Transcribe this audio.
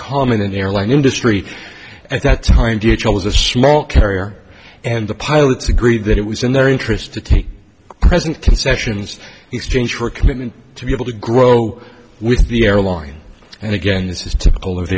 common in the airline industry at that time d h l was a small carrier and the pilots agreed that it was in their interest to take present concessions exchange for a commitment to be able to grow with the airline and again this is typical of